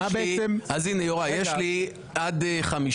יש לי זמן עד 13:55,